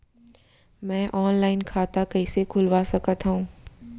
मैं ऑनलाइन खाता कइसे खुलवा सकत हव?